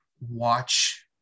watch